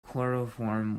chloroform